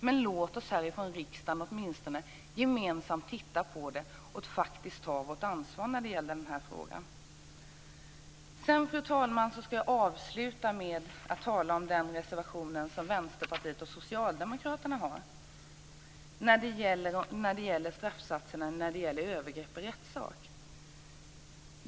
Men låt oss här från riksdagen åtminstone gemensamt titta på detta och faktiskt ta vårt ansvar i den frågan! Avslutningsvis ska jag tala om den reservation som Vänsterpartiet och Socialdemokraterna har när det gäller straffsatser och övergrepp i rättssak.